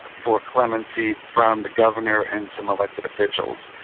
ah for clemency from the governor and some elected officials.